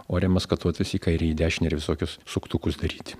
ore maskatuotis į kairę į dešinę ir visokius suktukus daryti